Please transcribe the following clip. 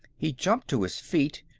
he jumped to his feet,